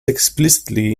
explicitly